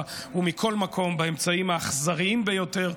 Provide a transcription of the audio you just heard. ובכל מקום באמצעים האכזריים ביותר.